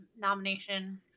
nomination